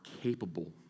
capable